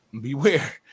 Beware